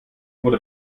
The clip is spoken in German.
wurde